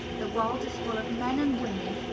the world is full of men and women,